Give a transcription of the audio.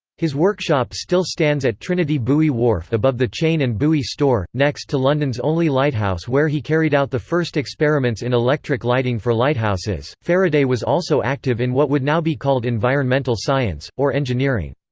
his workshop still stands at trinity buoy wharf above the chain and buoy store, next to london's only lighthouse where he carried out the first experiments in electric lighting for lighthouses faraday was also active in what would now be called environmental science, or engineering.